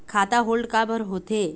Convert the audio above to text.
खाता होल्ड काबर होथे?